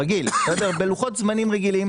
בלוחות זמנים רגיל,